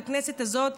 בכנסת הזאת,